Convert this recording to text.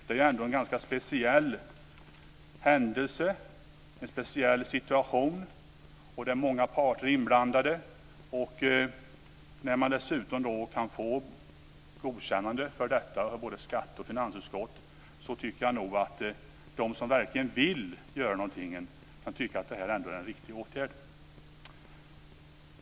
Det är ändå en ganska speciell händelse och situation som många parter är inblandade i. När man dessutom kan få godkännande för detta av både skatte och finansutskott tycker jag nog att de som verkligen vill göra något kan tycka att det här ändå är en riktig åtgärd.